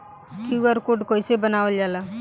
QR code कइसे बनवाल जाला?